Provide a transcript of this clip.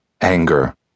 Anger